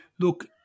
Look